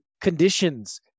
conditions